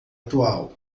atual